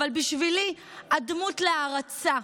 אבל בשבילי את דמות להערצה: